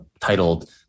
titled